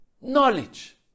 knowledge